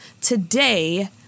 Today